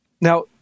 Now